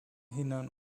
hindern